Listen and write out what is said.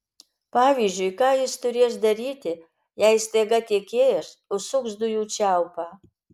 pavyzdžiui ką jis turės daryti jei staiga tiekėjas užsuks dujų čiaupą